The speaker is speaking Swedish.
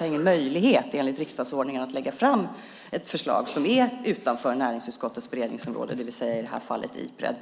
har ingen möjlighet enligt riksdagsordningen att lägga fram ett förslag som är utanför näringsutskottets beredningsområde, i det här fallet Ipred.